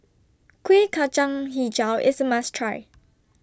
Kueh Kacang Hijau IS A must Try